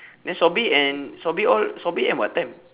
then sobri and sobri all sobri end what time